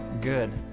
Good